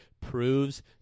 proves